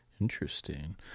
Interesting